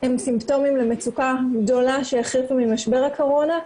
הם סימפטומים למצוקה גדולה שהיא חלק ממשבר הקורונה,